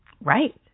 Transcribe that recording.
Right